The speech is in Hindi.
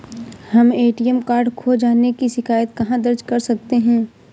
हम ए.टी.एम कार्ड खो जाने की शिकायत कहाँ दर्ज कर सकते हैं?